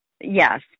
yes